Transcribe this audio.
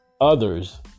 others